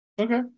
Okay